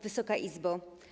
Wysoka Izbo!